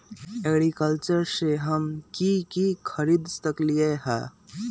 एग्रीबाजार से हम की की खरीद सकलियै ह?